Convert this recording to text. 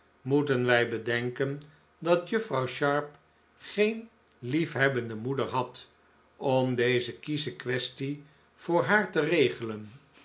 moeten wij bedenken t dat juffrouw sharp geen liefhebbende moeder had om deze kiesche quaestie voor haar te regelen